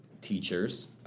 teachers